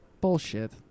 Bullshit